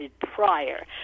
prior